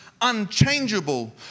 unchangeable